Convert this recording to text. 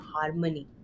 harmony